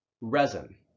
resin